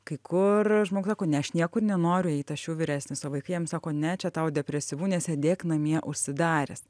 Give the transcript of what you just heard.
kai kur žmogus sako ne aš niekur nenoriu eit aš jau vyresnis o vaikai jam sako ne čia tau depresyvu nesėdėk namie užsidaręs